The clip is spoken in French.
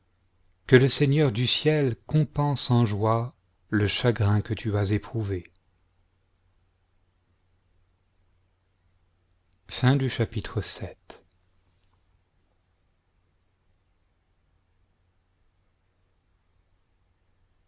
que le seigneur du ciel compense en joie le chagrin que tu as éprouvé chapitre